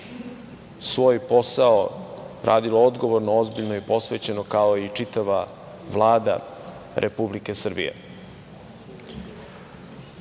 svoj posao radilo odgovorno, ozbiljno i posvećeno, kao i čitava Vlada Republike Srbije. Šta